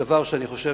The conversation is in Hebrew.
דבר שאני חושב